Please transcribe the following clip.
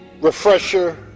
refresher